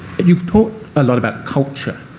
you've talked a lot about culture.